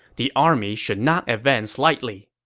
the army should not advance lightly.